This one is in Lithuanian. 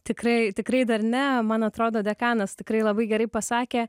tikrai tikrai dar ne man atrodo dekanas tikrai labai gerai pasakė